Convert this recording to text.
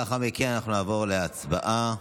לאחר מכן נעבור להצבעה.